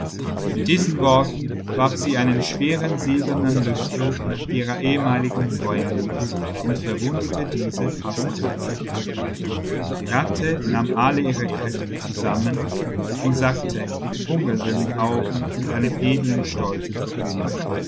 mit diesen worten warf sie einen schweren silbernen löffel nach ihrer ehemaligen freundin und verwundete diese fast tödlich die ratte nahm alle ihre kräfte zusammen und sagte mit funkelnden augen und einem edlen stolze zur königin